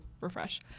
refresh